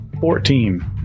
Fourteen